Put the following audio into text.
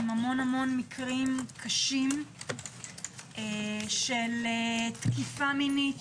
המון-המון מקרים קשים של תקיפה מינית,